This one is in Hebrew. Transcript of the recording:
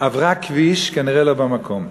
עברה כביש כנראה לא במקום.